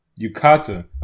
Yukata